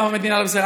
פעם המדינה לא בסדר.